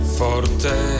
forte